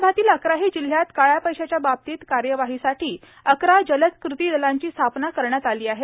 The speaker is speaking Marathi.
विदर्भातील अकराही जिल्ह्यात काळ्या पैश्याच्या बाबतील कार्यवाहीसाठी अकरा जलद कृती दलांची स्थापना करण्यात आली आहे